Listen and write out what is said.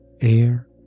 air